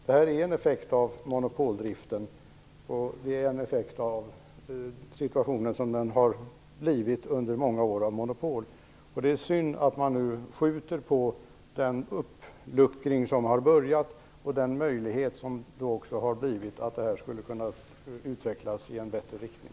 Det är en effekt av monopoldriften och av situationen som den har blivit av monopol under många år. Det är synd att man nu skjuter på den uppluckring som har börjat och möjligheten till en utveckling i en bättre riktning.